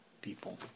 people